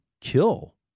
kill